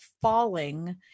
falling